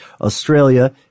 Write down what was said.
Australia